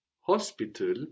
Hospital